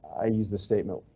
i use the statement.